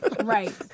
Right